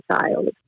child